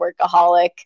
workaholic